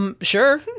Sure